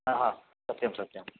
हा हा सत्यं सत्यम्